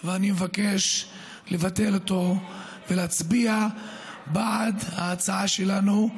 אני מבקש לבטל אותו ולהצביע בעד ההצעה שלנו,